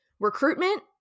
Recruitment